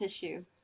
tissue